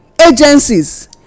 agencies